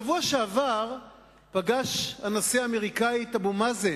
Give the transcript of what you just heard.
בשבוע שעבר פגש הנשיא האמריקני את אבו מאזן,